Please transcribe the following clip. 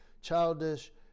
childish